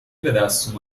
بدست